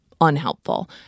unhelpful